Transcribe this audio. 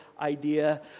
idea